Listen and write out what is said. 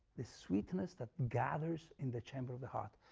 this sweetness that gathers in the chamber of the heart.